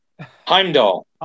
Heimdall